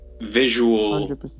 visual